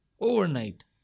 Overnight